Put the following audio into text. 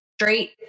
straight